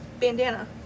bandana